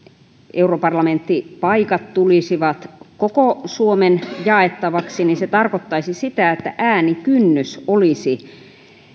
europarlamenttipaikat tulisivat koko suomen jaettavaksi se tarkoittaisi sitä että äänikynnys olisi